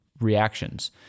reactions